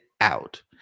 out